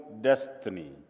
destiny